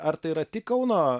ar tai yra tik kauno